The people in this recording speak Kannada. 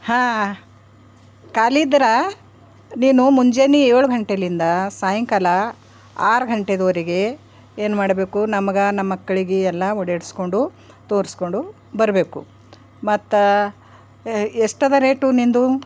ಹಾಂ ಖಾಲಿ ಇದ್ರೆ ನೀನು ಮುಂಜಾನೆ ಏಳು ಘಂಟೆಲ್ಲಿಂದ ಸಾಯಂಕಾಲ ಆರು ಘಂಟೆದವರೆಗೆ ಏನು ಮಾಡಬೇಕು ನಮ್ಗೆ ನಮ್ಮ ಮಕ್ಳಿಗೆ ಎಲ್ಲ ಓಡ್ಯಾಡಿಸ್ಕೊಂಡು ತೋರಿಸ್ಕೊಂಡು ಬರಬೇಕು ಮತ್ತು ಎಷ್ಟದೆ ರೇಟು ನಿಂದು